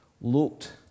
looked